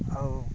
ଆଉ